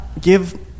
give